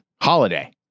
holiday